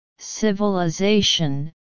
civilization